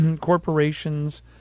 Corporations